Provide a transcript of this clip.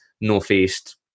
northeast